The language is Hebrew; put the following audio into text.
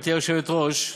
גברתי היושבת-ראש,